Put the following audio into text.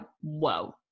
whoa